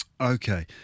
okay